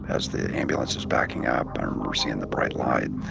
as the ambulance is backing up, i remember seeing the bright light.